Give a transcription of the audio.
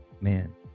Man